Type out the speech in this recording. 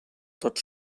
tot